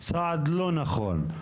צעד לא נכון,